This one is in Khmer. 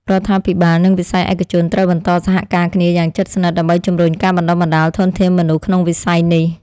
រដ្ឋាភិបាលនិងវិស័យឯកជនត្រូវបន្តសហការគ្នាយ៉ាងជិតស្និទ្ធ ដើម្បីជំរុញការបណ្តុះបណ្តាលធនធានមនុស្សក្នុងវិស័យនេះ។